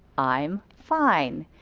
i'm fine.